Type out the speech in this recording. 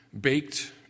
baked